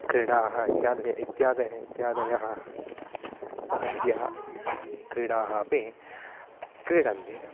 क्रीडाः इत्याद्यः इत्याद्यः इत्याद्यः आद्यः क्रीडाः अपि क्रीडन्ति